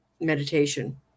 meditation